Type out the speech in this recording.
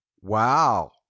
Wow